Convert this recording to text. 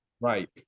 right